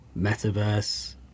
metaverse